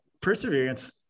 perseverance